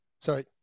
Sorry